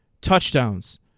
Touchdowns